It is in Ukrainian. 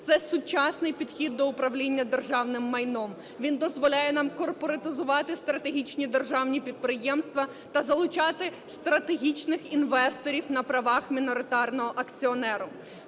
Це сучасний підхід до управління державним майном, він дозволяє нам корпоратизувати стратегічні державні підприємства та залучати стратегічних інвесторів на правах міноритарного акціонеру.